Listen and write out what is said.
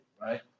right